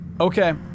Okay